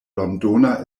londona